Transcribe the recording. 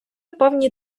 повні